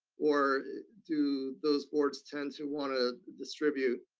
or do those boards tend to wanna distribute,